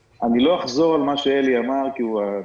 לא אחזור על מה שאלי דפס אמר כי התקציר